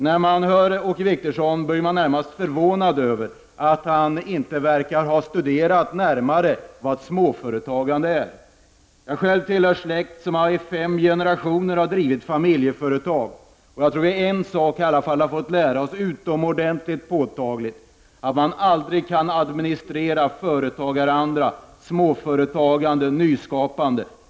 När man hör Åke Wictorsson blir man närmast förvånad över att han inte verkar ha närmare studerat vad småföretagande innebär. Själv tillhör jag en släkt som i fem generationer har drivit ett familjeföretag. En sak har vi i alla fall fått lära oss utomordentligt påtagligt: att man aldrig kan administrera fram företagaranda, småföretagande och nyskapande.